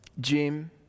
Jim